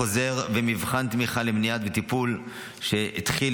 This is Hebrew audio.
חוזר ומבחן תמיכה למניעה וטיפול שהתחיל